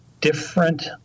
different